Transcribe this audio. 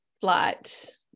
flight